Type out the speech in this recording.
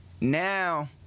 now